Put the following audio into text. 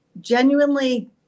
genuinely